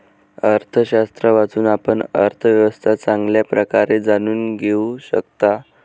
अर्थशास्त्र वाचून, आपण अर्थव्यवस्था चांगल्या प्रकारे जाणून घेऊ शकता